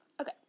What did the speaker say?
okay